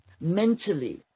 mentally